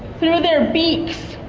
through their beaks?